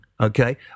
okay